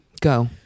Go